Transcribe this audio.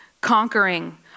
conquering